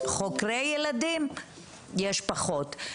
חוקרי ילדים יש פחות.